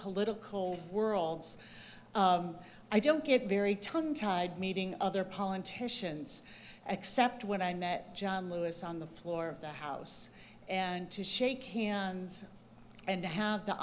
political worlds i don't get very tongue tied meeting other politicians except when i met john lewis on the floor of the house and to shake hands and to have the